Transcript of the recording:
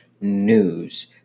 news